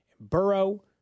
Burrow